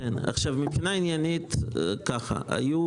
מבחינה עניינית, הלו